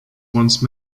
once